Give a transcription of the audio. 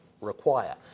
require